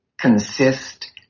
consist